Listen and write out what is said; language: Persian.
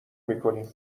میکنیم